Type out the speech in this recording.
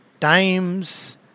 time's